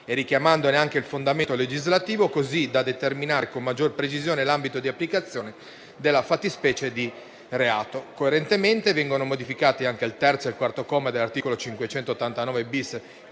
e richiamandone anche il fondamento legislativo, così da determinare con maggior precisione l'ambito di applicazione della fattispecie di reato. Coerentemente, vengono modificati anche il terzo e il quarto comma dell'articolo 589-*bis*